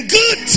good